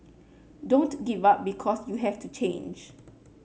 don't give up because you have to change